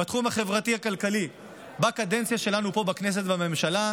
בתחום החברתי-כלכלי בקדנציה שלנו פה בכנסת ובממשלה.